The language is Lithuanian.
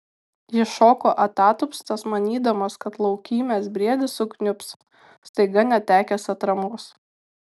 jis šoko atatupstas manydamas kad laukymės briedis sukniubs staiga netekęs atramos